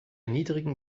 niedrigen